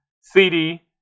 CD